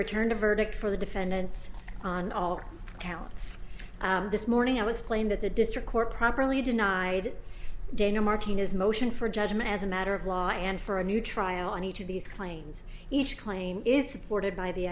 returned a verdict for the defendant on all counts this morning i was playing that the district court properly denied dana martinez motion for judgment as a matter of law and for a new trial on each of these claims each claim is supported by the